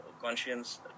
conscience